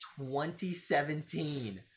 2017